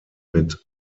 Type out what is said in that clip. mit